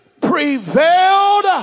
prevailed